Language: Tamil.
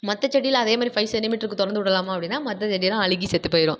மற்ற செடியில் அதே மாதிரி ஃபைவ் சென்டிமீட்டருக்கு திறந்து விடலாமா அப்படின்னா மற்ற செடிலாம் அழுகி செத்துப் போயிடும்